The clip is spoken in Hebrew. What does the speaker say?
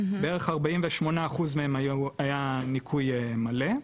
בערך 48% מהם היה ניכוי מלא,